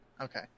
okay